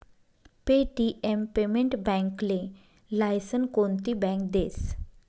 Paytm payment बॅकले licence कोनती bank देस?